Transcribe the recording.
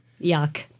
Yuck